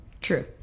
true